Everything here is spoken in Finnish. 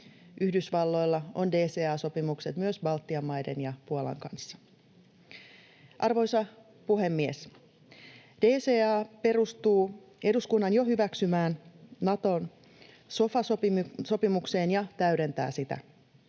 Yhdysvalloilla on DCA-sopimukset myös Baltian maiden ja Puolan kanssa. Arvoisa puhemies! DCA perustuu eduskunnan jo hyväksymään Nato-sofa-sopimukseen ja täydentää sitä.